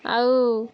ଆଉ